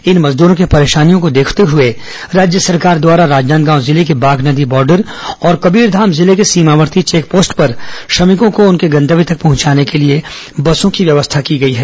इन मजदूरों की परेशानियों को देखते हुए राज्य सरकार द्वारा राजनादगांव जिले के बागनदी बार्डर और कबीरधाम जिले के सीमावर्ती चेकपोस्ट पर श्रमिकों को उनके गंतव्य तक पहंचाने के लिए बसों की व्यवस्था की गई है